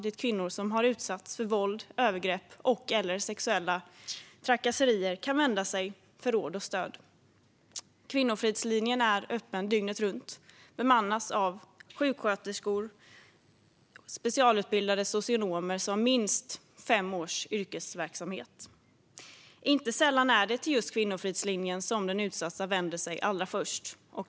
Dit kan kvinnor som har utsatts för våld, övergrepp och/eller sexuella trakasserier vända sig för att få råd och stöd. Kvinnofridslinjen är öppen dygnet runt och bemannas av sjuksköterskor och specialutbildade socionomer som har minst fem års yrkeserfarenhet. Inte sällan är det till just Kvinnofridslinjen som den utsatta vänder sig allra först.